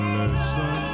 listen